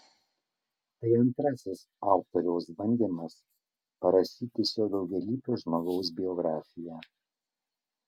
tai antrasis autoriaus bandymas parašyti šio daugialypio žmogaus biografiją